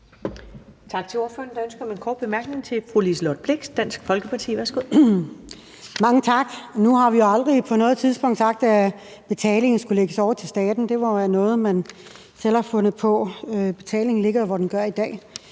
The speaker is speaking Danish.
Tak til ordføreren. Der er ønske om en kort bemærkning fra fru Liselott Blixt, Dansk Folkeparti. Værsgo. Kl. 19:56 Liselott Blixt (DF): Mange tak. Nu har vi jo aldrig på noget tidspunkt sagt, at betalingen skulle lægges over til staten. Det må være noget, man selv har fundet på. Betalingen ligger, hvor den gør i dag.